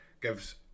gives